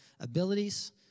abilities